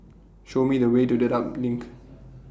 Show Me The Way to Dedap LINK